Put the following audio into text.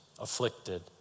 afflicted